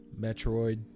Metroid